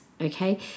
Okay